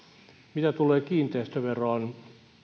mitä tulee kiinteistöveroon